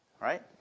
Right